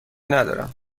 ندارم